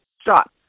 stop